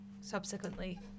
subsequently